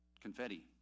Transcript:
confetti